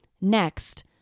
Next